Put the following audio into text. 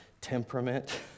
temperament